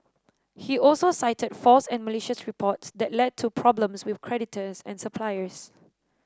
he also cited false and malicious reports that led to problems with creditors and suppliers